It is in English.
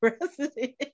president